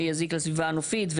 שיזיק לסביבה הנופית.